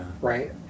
Right